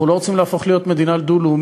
אנחנו לא רוצים להפוך להיות מדינה דו-לאומית,